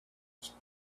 his